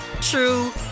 true